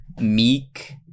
meek